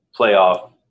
playoff